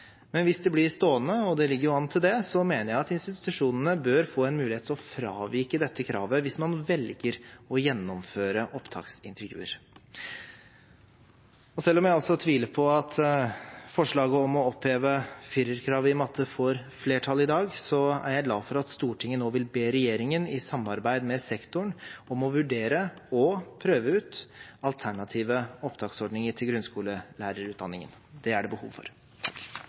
men hvis det blir stående, og det ligger jo an til det, mener jeg at institusjonene bør få en mulighet til å fravike dette kravet hvis man velger å gjennomføre opptaksintervjuer. Og selv om jeg altså tviler på at forslaget om å oppheve firerkravet i matte får flertall i dag, er jeg glad for at Stortinget nå vil be regjeringen i samarbeid med sektoren, om å vurdere å prøve ut alternative opptaksordninger til grunnskolelærerutdanningen. Det er det behov for.